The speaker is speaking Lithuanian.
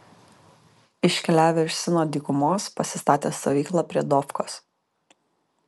iškeliavę iš sino dykumos pasistatė stovyklą prie dofkos